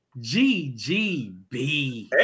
GGB